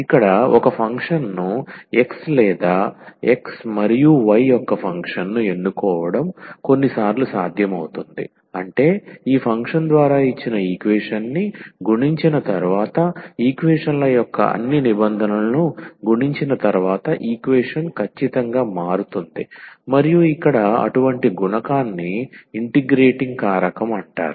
ఇక్కడ ఒక ఫంక్షన్ను x లేదా x మరియు y యొక్క ఫంక్షన్ను ఎన్నుకోవడం కొన్నిసార్లు సాధ్యమవుతుంది అంటే ఈ ఫంక్షన్ ద్వారా ఇచ్చిన ఈక్వేషన్ని గుణించిన తరువాత ఈక్వేషన్ ల యొక్క అన్ని నిబంధనలను గుణించిన తరువాత ఈక్వేషన్ కచ్చితంగా మారుతుంది మరియు ఇక్కడ అటువంటి గుణకాన్ని ఇంటిగ్రేటింగ్ కారకం అంటారు